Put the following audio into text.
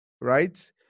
right